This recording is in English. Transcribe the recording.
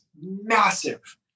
massive